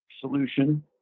solution